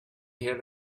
here